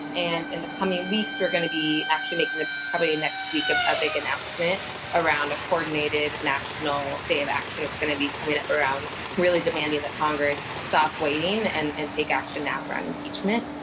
and in the coming weeks we're going to be actually making ah probably next week, a big announcement around a coordinated national day of action. it's going to be coming up around really demanding that congress stop waiting and and take action now around impeachment,